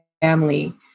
family